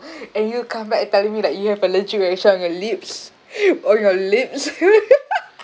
and you come back telling me that you have allergy reaction on your lips on your lips